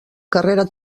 carrera